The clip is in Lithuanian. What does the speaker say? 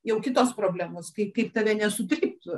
jau kitos problemos kaip kaip tave nesutryptų